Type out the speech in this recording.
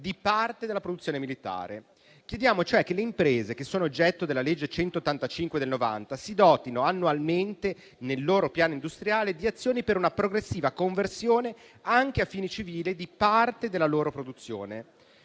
di parte della produzione militare. Chiediamo cioè che le imprese oggetto della legge n. 185 del 1990 si dotino annualmente nel loro piano industriale di azioni per una progressiva conversione, anche a fini civili, di parte della loro produzione.